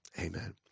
Amen